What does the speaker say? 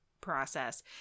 process